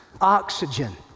oxygen